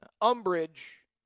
umbrage